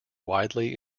widely